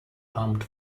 armed